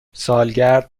سالگرد